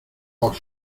por